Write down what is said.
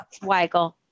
Weigel